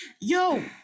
yo